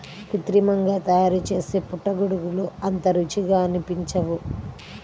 కృత్రిమంగా తయారుచేసే పుట్టగొడుగులు అంత రుచిగా అనిపించవు